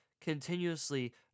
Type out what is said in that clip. continuously